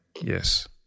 Yes